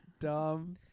Dumb